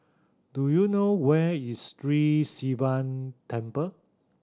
do you know where is Sri Sivan Temple